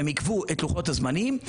והם עיכבו את לוחות הזמנים.